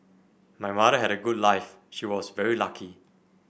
my mother had a good life she was very lucky